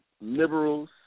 liberals